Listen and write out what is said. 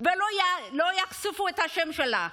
ולא יחשפו את השם שלה.